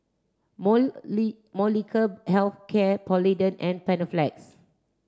Molnylcke health care Polident and Panaflex